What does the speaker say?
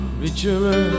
richer